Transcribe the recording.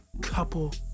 couple